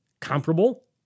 comparable